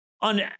on